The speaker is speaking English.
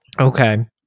Okay